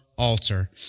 altar